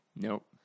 Nope